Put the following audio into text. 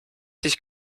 sich